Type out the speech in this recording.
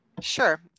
Sure